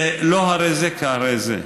לא הרי זה כהרי זה.